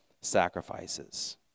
sacrifices